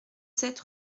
sept